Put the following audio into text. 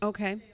Okay